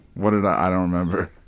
what did i don't remember.